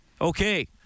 Okay